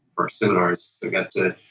our seminars. i get to,